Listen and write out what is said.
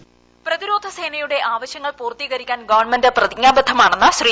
voice പ്രതിരോധ സേനയുടെ ആവശ്യങ്ങൾ പൂർത്തീകരിക്കാൻ ഗവൺമെന്റ് പ്രതിജ്ഞാബദ്ധമാണെന്ന് ശ്രീ